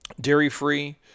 dairy-free